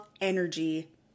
energy